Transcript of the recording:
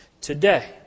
today